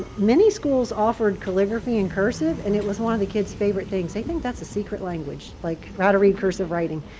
many schools offer calligraphy and cursive. and it was one of the kids' favorite things. they think that's a secret language like how to read cursive writing.